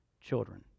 children